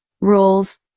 rules